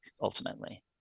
ultimately